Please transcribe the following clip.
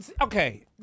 Okay